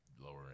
lowering